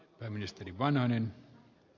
herra puhemies